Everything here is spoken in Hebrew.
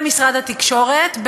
במשרד התקשורת,